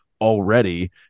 already